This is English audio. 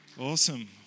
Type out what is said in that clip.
Awesome